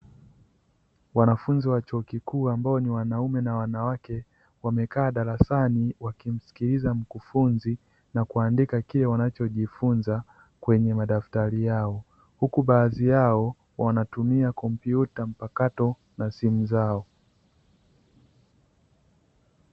Wanafunzi wa chuo kikuu ambao ni wanaume na wanawake wamekaa darasani wakimsikiliza mkufunzi, na kuandika kile wanachojifunza kwenye madaftari yao, huku baadhi yao wanatumia kompyuta mpakato na simu zao.